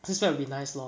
six pack would be nice lor